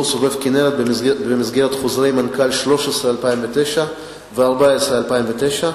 סובב-כינרת במסגרת חוזרי מנכ"ל 13/2009 ו-14/2009,